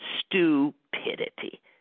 stupidity